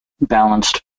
balanced